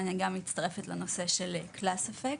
אני גם מצטרפת לנושא של class effect.